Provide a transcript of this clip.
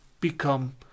become